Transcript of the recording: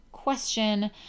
Question